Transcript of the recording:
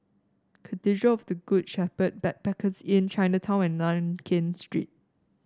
Cathedral of the Good Shepherd Backpackers Inn Chinatown and Nankin Street